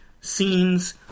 scenes